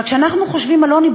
אבל כשאנחנו חושבים על עוני,